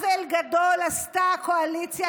מצריכת המים לנפש בישראל.